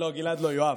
לא, גלעד לא, יואב.